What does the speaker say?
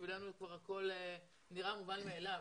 עבורנו הכול נראה מובן מאליו.